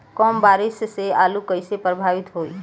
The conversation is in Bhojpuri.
कम बारिस से आलू कइसे प्रभावित होयी?